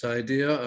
idea